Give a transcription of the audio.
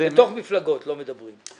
בתוך מפלגות לא מדברים.